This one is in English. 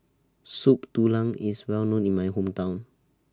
Soup Tulang IS Well known in My Hometown